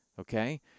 Okay